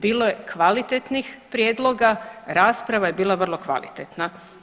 Bilo je kvalitetnih prijedloga, rasprava je bila vrlo kvalitetna.